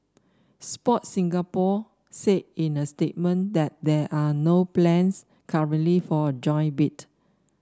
Sport Singapore said in a statement that there are no plans currently for a joint bid